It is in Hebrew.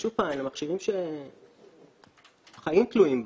שוב פעם, אלה מכשירים שחיים תלויים בהם,